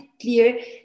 clear